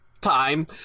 time